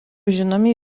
žinomi